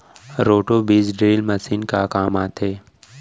Roto बीज drill machine का काम आथे?